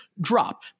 drop